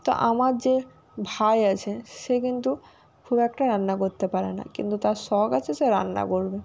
তো আমার যে ভাই আছে সে কিন্তু খুব একটা রান্না করতে পারে না কিন্তু তার শখ আছে সে রান্না করবে